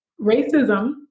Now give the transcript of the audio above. racism